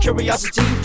Curiosity